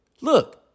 Look